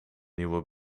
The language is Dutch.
nieuwe